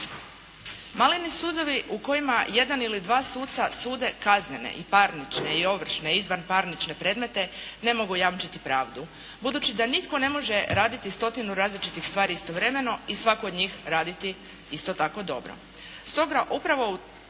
Maleni sudovi u kojima jedan ili dva suca sude kaznene i parnične, i ovršne, i izvanparnične predmete ne mogu jamčiti pravdu. Budući da nitko ne može raditi stotinu različitih stvari istovremeno i svaku od njih raditi isto tako dobro.